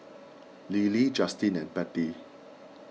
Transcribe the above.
Lilly Justine and Patty